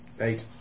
Eight